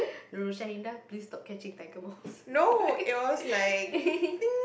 Nurul please stop catching tiger moths